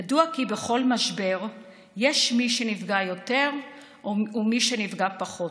ידוע כי בכל משבר יש מי שנפגע יותר ומי שנפגע פחות.